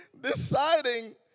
deciding